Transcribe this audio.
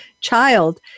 child